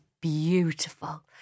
beautiful